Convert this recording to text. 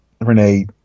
Renee